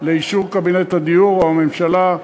לאישור קבינט הדיור או הממשלה,